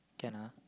can ah